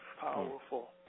Powerful